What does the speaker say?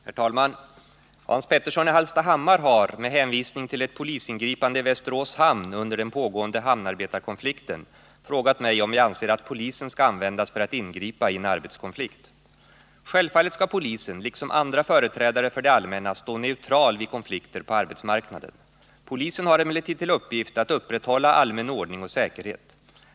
Herr talman! Hans Petersson i Hallstahammar har — med hänvisning till ett polisingripande i Västerås hamn under den pågående hamnarbetarkonflikten — frågat mig om jag anser att polisen skall användas för att ingripa i en arbetskonflikt. Självfallet skall polisen liksom andra företrädare för det allmänna stå neutral vid konflikter på arbetsmarknaden. Polisen har emellertid till uppgift att upprätthålla allmän ordning och säkerhet.